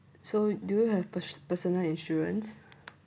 so do you have pers~ personal insurance